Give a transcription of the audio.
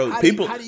people